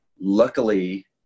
luckily